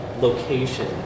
location